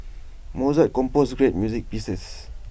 Mozart composed great music pieces